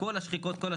הוסכם, זה כבר דווח.